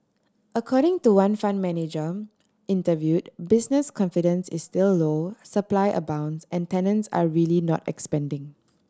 according to one fund manager interviewed business confidence is still low supply abounds and tenants are really not expanding